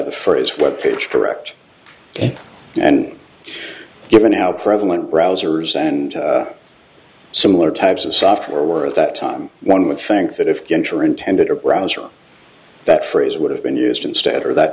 his web page correct and given how prevalent browsers and similar types of software were at that time one would think that if you enter intended a browser that phrase would have been used instead or that